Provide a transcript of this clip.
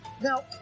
Now